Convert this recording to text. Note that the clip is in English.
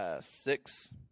six